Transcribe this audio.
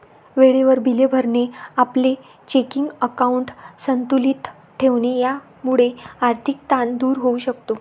वेळेवर बिले भरणे, आपले चेकिंग अकाउंट संतुलित ठेवणे यामुळे आर्थिक ताण दूर होऊ शकतो